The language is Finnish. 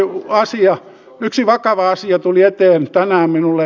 yksi asia yksi vakava asia tuli eteen tänään minulle